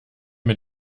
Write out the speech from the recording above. mit